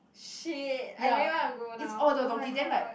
shit I really want to go now oh-my-god